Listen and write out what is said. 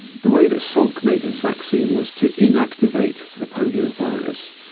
the way that salk made his vaccine was to inactivate the polio virus.